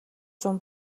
зун